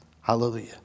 Hallelujah